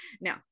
no